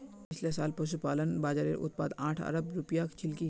पिछला साल पशुपालन बाज़ारेर उत्पाद आठ अरब रूपया छिलकी